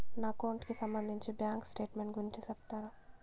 నా అకౌంట్ కి సంబంధించి బ్యాంకు స్టేట్మెంట్ గురించి సెప్తారా